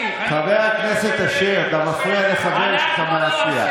חבר הכנסת אשר, אתה מפריע לחברך מהסיעה.